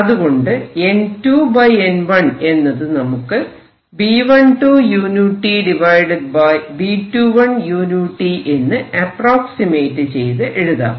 അതുകൊണ്ട് N2 N1 എന്നത് നമുക്ക് B12uTB21uT എന്ന് അപ്പ്രോക്സിമേറ്റ് ചെയ്ത് എഴുതാം